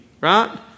right